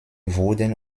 wurden